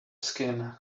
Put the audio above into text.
skin